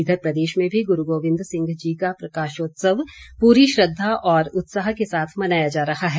इधर प्रदेश में भी गुरू गोविन्द सिंह जी का प्रकाशोत्सव पूरी श्रद्धा और उत्साह के साथ मनाया जा रहा है